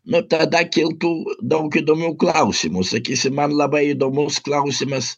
nu tada kiltų daug įdomių klausimų sakysim man labai įdomus klausimas